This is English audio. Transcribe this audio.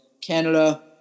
Canada